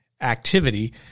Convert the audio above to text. activity